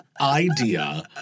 idea